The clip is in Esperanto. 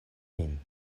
min